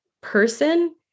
person